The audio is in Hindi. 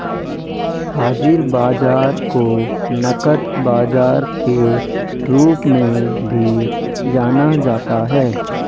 हाज़िर बाजार को नकद बाजार के रूप में भी जाना जाता है